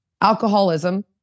Alcoholism